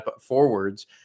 forwards